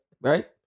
Right